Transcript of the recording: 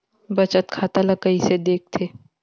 बचत खाता ला कइसे दिखथे?